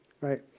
right